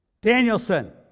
Danielson